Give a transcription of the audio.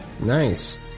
Nice